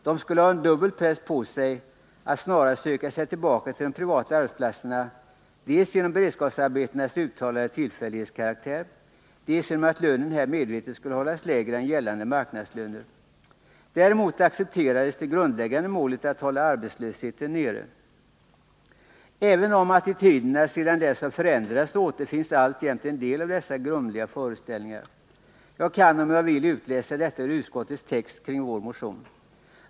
De skulle ha en dubbel press på sig att snarast söka sig tillbaka till de privata arbetsplatserna dels genom beredskapsarbetenas uttalade tillfällighetskaraktär, dels genom att lönen här medvetet skulle hållas lägre än gällande marknadslöner. Däremot accepterades det grundläggande målet, att hålla arbetslösheten nere. Även om attityderna sedan dess förändrats återfinns alltjämt en del av dessa grumliga föreställningar. Jag kan om jag vill utläsa detta ur utskottets text kring vår motion.